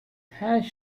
hash